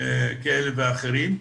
כאלה ואחרים.